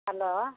hello